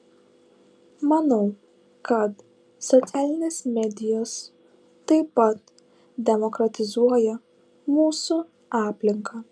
manau kad socialinės medijos taip pat demokratizuoja mūsų aplinką